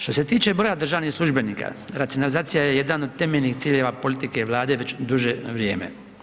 Što se tiče broja državnih službenika, racionalizacija je jedan od temeljnih ciljeva politike vlade već duže vrijeme.